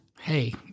Hey